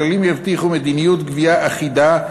הכללים יבטיחו מדיניות גבייה אחידה,